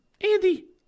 Andy